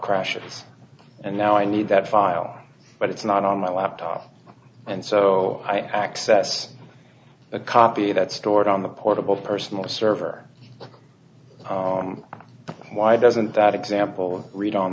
crashes and now i need that file but it's not on my laptop and so i access a copy that stored on the portable personal server why doesn't that example read on